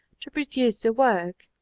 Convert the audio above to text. to produce the work.